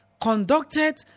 conducted